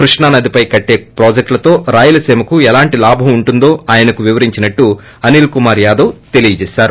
కృష్ణా నదిపై కట్లో ప్రాజెక్టులతో రాయలసీమకు ఎలాంటి లాభం ఉంటుందో ఆయనకు వివరించినట్లు అనిల్ కుమార్ యాదవ్ తెలిపారు